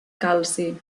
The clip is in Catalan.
calci